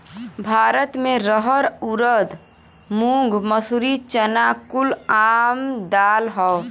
भारत मे रहर ऊरद मूंग मसूरी चना कुल आम दाल हौ